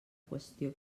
qüestió